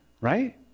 right